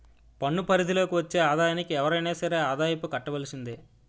పన్ను పరిధి లోకి వచ్చే ఆదాయానికి ఎవరైనా సరే ఆదాయపు కట్టవలసిందే